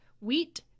wheat